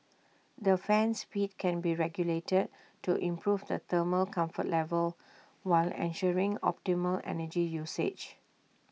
the fan speed can be regulated to improve the thermal comfort level while ensuring optimal energy usage